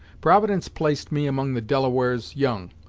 providence placed me among the delawares young,